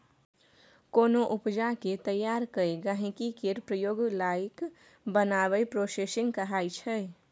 कोनो उपजा केँ तैयार कए गहिंकी केर प्रयोग लाएक बनाएब प्रोसेसिंग कहाबै छै